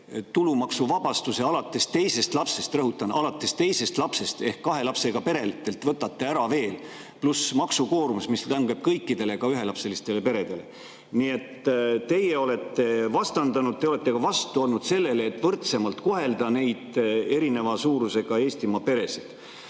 tulumaksuvabastuse alates teisest lapsest – rõhutan, alates teisest lapsest – ehk kahe lapsega peredelt võtate veel ära. Pluss maksukoormus, mis langeb kõikidele, ka ühelapselistele peredele. Nii et teie olete vastandanud. Te olete ka vastu olnud sellele, et võrdsemalt kohelda neid erineva suurusega Eestimaa peresid. Aga